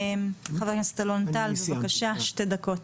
חבר הכנסת אלון טל, בבקשה יש לך שתי דקות.